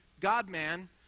God-man